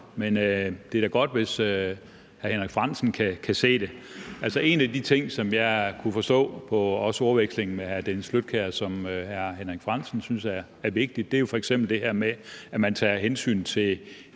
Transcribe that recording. men det er da godt, hvis hr. Henrik Frandsen kan se det. En af de ting, som jeg også kunne forstå på ordvekslingen med hr. Dennis Flydtkjær at hr. Henrik Frandsen synes er vigtig, er f.eks. det her med, at man tager hensyn til